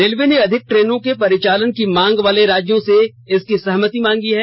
railway ने अधिक ट्रेनों के परिचालन की मांग वाले राज्यों से इसकी सहमति मांगी है